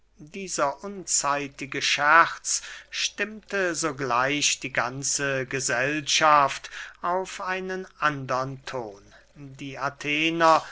dieser unzeitige scherz stimmte sogleich die ganze gesellschaft auf einen andern ton die athener